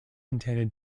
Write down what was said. intended